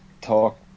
talk